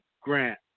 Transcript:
grant